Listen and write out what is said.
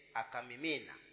akamimina